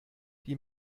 die